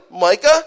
Micah